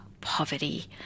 poverty